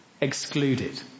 Excluded